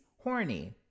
horny